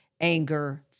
anger